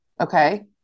Okay